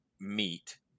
meet